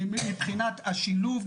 מבחינת השילוב,